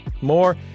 More